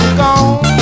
gone